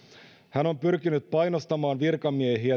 hän on pyrkinyt painostamaan virkamiehiä